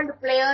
players